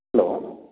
hello